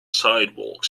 sidewalk